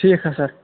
ٹھیٖک حظ سَر